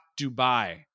Dubai